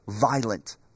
violent